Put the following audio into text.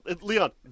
Leon